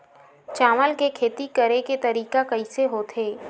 चावल के खेती करेके तरीका कइसे होथे?